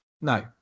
no